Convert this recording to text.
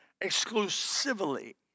exclusively